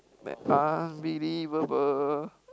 unbelievable